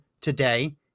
today